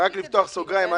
רק לפתוח סוגריים,